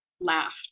laughed